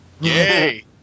Yay